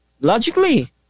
Logically